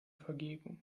vergebung